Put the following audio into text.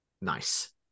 Nice